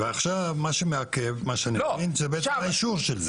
ועכשיו מה שמעכב זה בעצם האישור של זה?